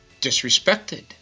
disrespected